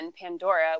Pandora